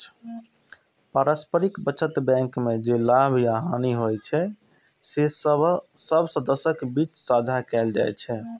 पारस्परिक बचत बैंक मे जे लाभ या हानि होइ छै, से सब सदस्यक बीच साझा कैल जाइ छै